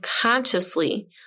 consciously